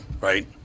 right